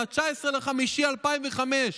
מ-19 במאי 2005,